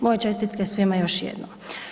Moje čestitke svima još jednom.